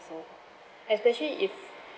so especially if